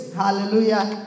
hallelujah